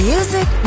Music